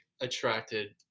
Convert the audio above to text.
attracted